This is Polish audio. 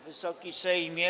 Wysoki Sejmie!